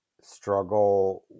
struggle